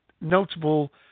notable